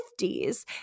50s